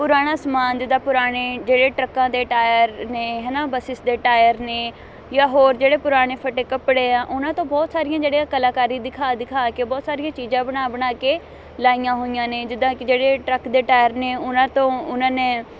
ਪੁਰਾਣਾ ਸਮਾਨ ਜਿੱਦਾਂ ਪੁਰਾਣੇ ਜਿਹੜੇ ਟਰੱਕਾਂ ਦੇ ਟਾਇਰ ਨੇ ਹੈ ਨਾ ਬੱਸਿਸ ਦੇ ਟਾਇਰ ਨੇ ਜਾਂ ਹੋਰ ਜਿਹੜੇ ਪੁਰਾਣੇ ਫਟੇ ਕੱਪੜੇ ਆ ਉਹਨਾਂ ਤੋਂ ਬਹੁਤ ਸਾਰੀਆਂ ਜਿਹੜੀਆਂ ਕਲਾਕਾਰੀ ਦਿਖਾ ਦਿਖਾ ਕੇ ਬਹੁਤ ਸਾਰੀਆਂ ਚੀਜ਼ਾਂ ਬਣਾ ਬਣਾ ਕੇ ਲਾਈਆਂ ਹੋਈਆਂ ਨੇ ਜਿੱਦਾਂ ਕਿ ਜਿਹੜੇ ਟਰੱਕ ਦੇ ਟਾਇਰ ਨੇ ਉਹਨਾਂ ਤੋਂ ਉਨ੍ਹਾਂ ਨੇ